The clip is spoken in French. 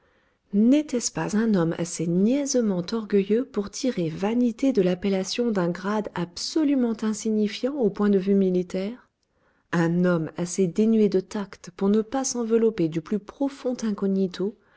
n'était-ce pas un homme assez niaisement orgueilleux pour tirer vanité de l'appellation d'un grade absolument insignifiant au point de vue militaire un homme assez dénué de tact pour ne pas s'envelopper du plus profond incognito